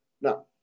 Now